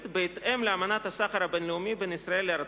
בהתאם לאמנת הסחר הבין-לאומי בין ישראל לארצות-הברית.